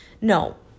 No